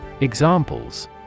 Examples